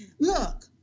look